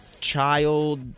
child-